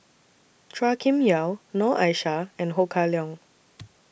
Chua Kim Yeow Noor Aishah and Ho Kah Leong